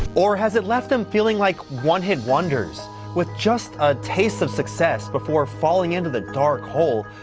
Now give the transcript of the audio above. or has it left them feeling like one-hit wonders with just a taste of success before falling into the dark hole,